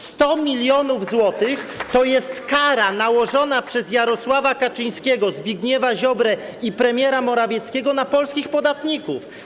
100 mln zł to jest kara nałożona przez Jarosława Kaczyńskiego, Zbigniewa Ziobrę i premiera Morawieckiego na polskich podatników.